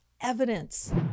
evidence